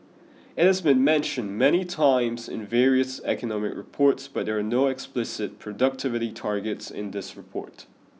it has been mentioned many times in various economic reports but there are no explicit productivity targets in this report